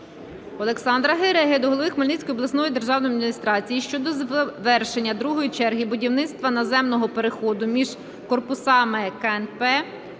Олександра Гереги до голови Хмельницької обласної державної адміністрації щодо завершення другої черги будівництва наземного переходу між корпусами КНП